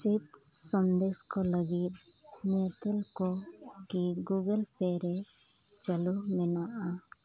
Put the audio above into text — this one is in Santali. ᱪᱮᱫ ᱥᱚᱱᱫᱮᱥᱠᱚ ᱞᱟᱹᱜᱤᱫ ᱧᱮᱛᱮᱞᱠᱚ ᱠᱤ ᱜᱩᱜᱩᱞ ᱯᱮ ᱨᱮ ᱪᱟᱹᱞᱩ ᱢᱮᱱᱟᱜᱼᱟ